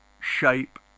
shape